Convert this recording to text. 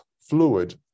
fluid